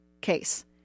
case